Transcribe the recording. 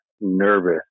nervous